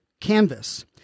canvas